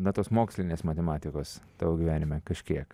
na tos mokslinės matematikos tavo gyvenime kažkiek